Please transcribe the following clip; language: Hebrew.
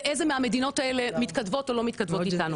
ואיזה מהמדינות האלה מתכתבות או לא מתכתבות איתנו.